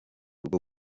rwo